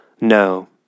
No